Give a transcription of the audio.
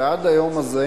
ועד היום הזה,